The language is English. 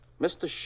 Mr